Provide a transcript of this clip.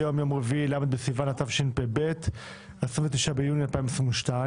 היום יום רביעי, ל' בסיון התשפ"ב, 29 ביוני 2022,